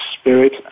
Spirit